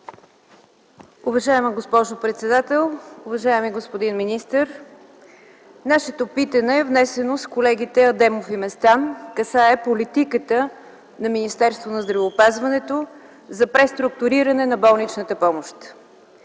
Уважаема госпожо председател, уважаеми господин министър! Нашето питане, внесено с колегите Адемов и Местан, касае политиката на Министерството на здравеопазването за преструктуриране на болничната помощ.